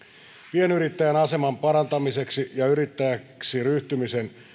pienyrittäjän aseman parantamiseksi ja yrittäjäksi ryhtymisen